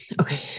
okay